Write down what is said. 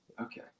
Okay